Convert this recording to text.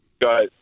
Guys